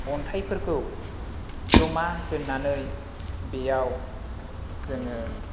अन्थाइफोरखौ जमा दोन्नानै बेयाव जोङो